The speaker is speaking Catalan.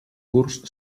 curs